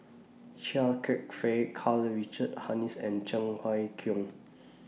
Chia Kwek Fah Karl Richard Hanitsch and Cheng Wai Keung